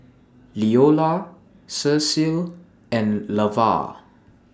Leola Cecil and Lavar